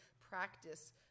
practice –